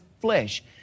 flesh